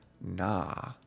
nah